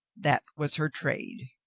that was her trade.